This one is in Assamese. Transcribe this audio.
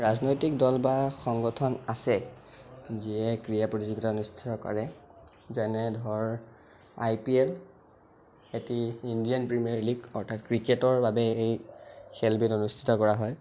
ৰাজনৈতিক দল বা সংগঠন আছে যিয়ে ক্ৰীড়া প্ৰতিযোগিতা অনুষ্ঠিত কৰে যেনে ধৰক আই পি এল এটি ইণ্ডিয়ান প্ৰিমিয়াম লীগ অৰ্থাৎ ক্ৰিকেটৰ বাবে এই খেলবিধ অনুষ্ঠিত কৰা হয়